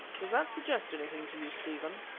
does that suggest anything to you, stephen?